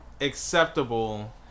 acceptable